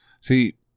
See